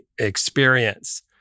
experience